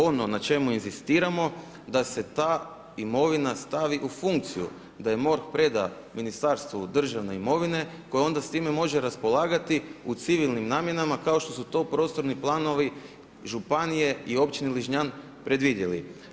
Ono na čemu inzistiramo, da se ta imovina stavi u funkciju, da ju MORH preda Ministarstvu državne imovine koja onda s time može raspolagati u civilnim namjenama, kao što su to prostorni planovi, županije i općina Ližnjan predvidjeli.